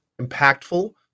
impactful